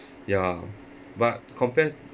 ya but compare